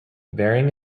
varying